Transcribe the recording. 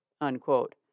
unquote